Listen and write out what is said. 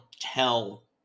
tell